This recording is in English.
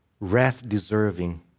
wrath-deserving